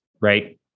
right